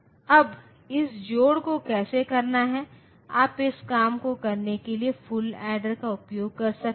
अब इस जोड़ को कैसे करना है आप इस काम को करने के लिए फुल ऐडर का उपयोग कर सकते हैं